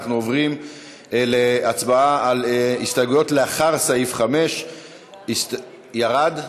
אנחנו עוברים להצבעה על הסתייגויות לאחרי סעיף 5. ירד?